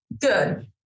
Good